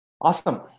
Awesome